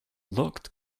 looked